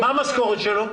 מה המשכורת שלו?